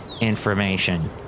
information